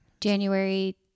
january